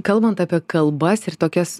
kalbant apie kalbas ir tokias